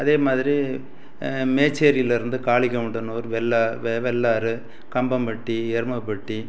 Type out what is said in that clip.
அதே மாதிரி மேச்சேரியில் இருந்து காளிக்கவுண்டனுார் ஒரு வெள்ள வெள்ளாறு கம்பம்பட்டி எருமைப்பட்டி